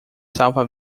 salva